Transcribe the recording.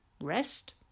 rest